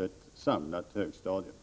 ett samlat högstadium?